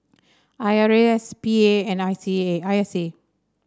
I R A S P A and I C A I S A